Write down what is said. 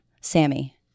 Sammy